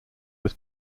was